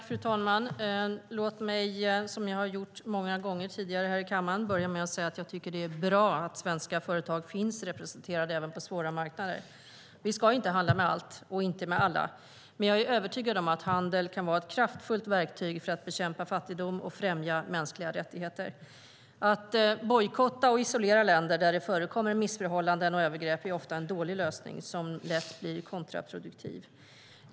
Fru talman! Låt mig börja med att säga, vilket jag har gjort många gånger tidigare här i kammaren, att jag tycker det är bra att svenska företag finns representerade även på svåra marknader. Vi ska inte handla med allt och alla, men jag är övertygad om att handel kan vara ett kraftfullt verktyg för att bekämpa fattigdom och främja mänskliga rättigheter. Att bojkotta och isolera länder där det förkommer missförhållanden och övergrepp är ofta en dålig lösning som lätt blir kontraproduktiv.